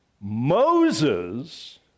Moses